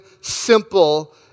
simple